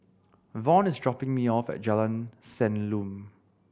Vaughn is dropping me off at Jalan Senyum